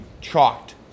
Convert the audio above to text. chalked